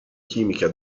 chimica